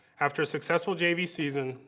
after a successful jv season,